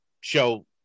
show